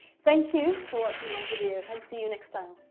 thank you for watching my video and see you next time.